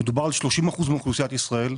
אנחנו מדברים על 30% מאוכלוסיית ישראל,